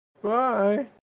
Bye